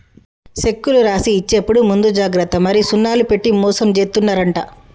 సెక్కులు రాసి ఇచ్చేప్పుడు ముందు జాగ్రత్త మరి సున్నాలు పెట్టి మోసం జేత్తున్నరంట